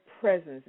presence